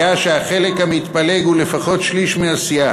היה שהחלק המתפלג הוא לפחות שליש מהסיעה.